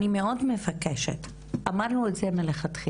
אני מאוד מבקשת, אמרנו את זה מלכתחילה,